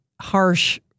harsh